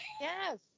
Yes